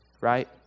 right